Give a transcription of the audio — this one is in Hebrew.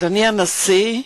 אדוני הנשיא,